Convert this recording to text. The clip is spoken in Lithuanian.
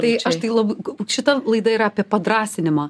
tai aš tai lab šita laida yra apie padrąsinimą